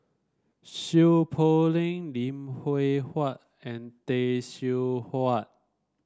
Seow Poh Leng Lim Hwee Hua and Tay Seow Huah